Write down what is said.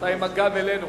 אתה עם הגב אלינו.